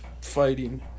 fighting